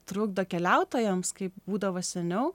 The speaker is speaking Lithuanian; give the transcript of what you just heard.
trukdo keliautojams kaip būdavo seniau